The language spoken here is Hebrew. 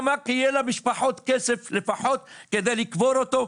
כדי שיהיה למשפחות כסף לפחות לקבור אותו,